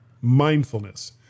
mindfulness